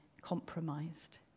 compromised